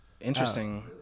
Interesting